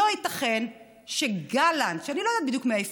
שקט מאותו ילד שהיה בדיור הציבורי.